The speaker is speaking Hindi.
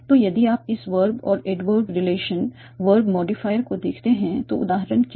तो यदि आप इस वर्ब और एडवर्ब रिलेशन वर्ब मॉडिफाईर को देखते हैं तो उदाहरण क्या है